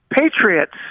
patriots